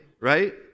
right